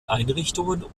einrichtungen